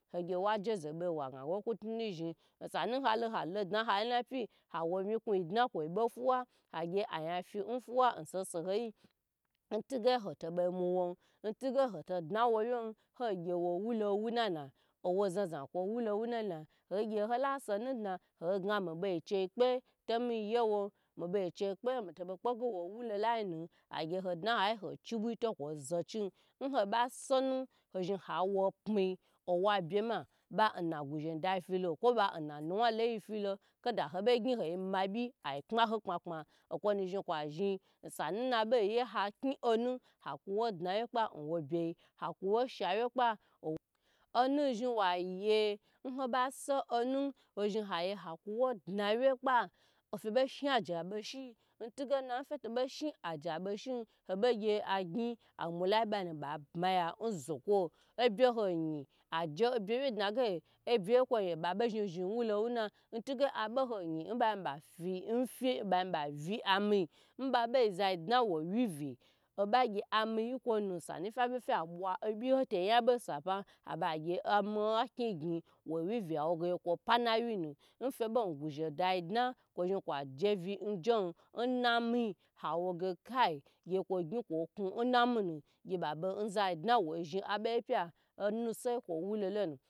Ogye wa jeze be waga woke tnu tnu zhn osanu holo ho lodna pyi hage miku gni kwo be fuwa agye aya fifuwa nsobo hoyi ntige hoto bomu wo nti'ge hoto dna wowye yi gye wo wulo wit nana owo zaza kwo wolo wu nana hogye hola sonu dna haga miche pke miche kpe mito bo kpege wo wu layi ne hagye wo de hayi ho chibu to kwo zo chin nho ba sonu zhn hawo pmi owa bye e ma ba na guzheyin du filo kwo ba na nuwa layi filo kada hobo gyn homi pw kpa hokpa okwo na zhn kwa zhn osanu hobo ye ha kni onu haku wo dna wye kpa nwo byi hakwo wo shewye